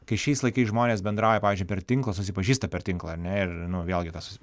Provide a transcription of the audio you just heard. kai šiais laikais žmonės bendrauja pavyzdžiui per tinklą susipažįsta per tinklą ar ne ir nu vėlgi tas